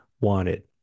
wanted